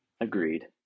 Agreed